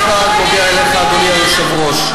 שאלה נוספת.